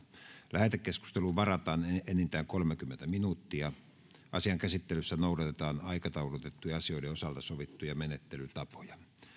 lähetekeskusteluun varataan enintään kolmekymmentä minuuttia asian käsittelyssä noudatetaan aikataulutettujen asioiden osalta sovittuja menettelytapoja